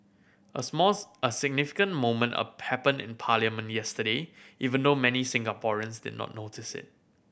a a significant moment a happened in parliament yesterday even though many Singaporeans did not notice it